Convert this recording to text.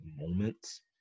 moments